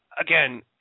again